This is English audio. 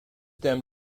them